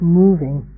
moving